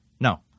No